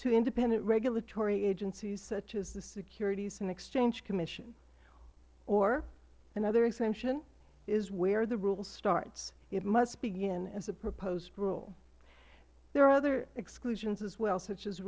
to independent regulatory agencies such as the securities and exchange commission or another exemption is where the rule starts it must begin as a proposed rule there are other exclusions as well such as